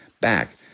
back